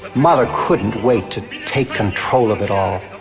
mahler couldn't wait to take control of it all.